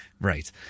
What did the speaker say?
right